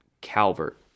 Calvert